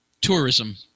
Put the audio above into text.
tourism